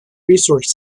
resource